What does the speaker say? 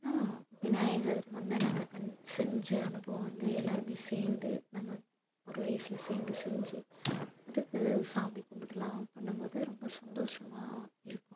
ஆ விநாயகர் வந்து நாங்கள் கண் செஞ்ச அனுபவம் வந்து எல்லாேருமே சேர்ந்து நாங்கள் ஒரு வயசில் சேர்ந்து செஞ்சு அதுக்கு சாமி கும்பிட்டுலாம் பண்ணும்போது ரொம்ப சந்தோஷமாக இருக்கும்